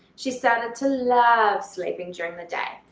she started to love sleeping during the day,